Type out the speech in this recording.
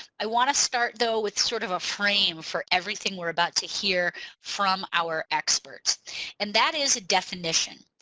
i want to start though with sort of a frame for everything we're about to hear from our experts and that is a definition.